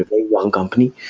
ah one company,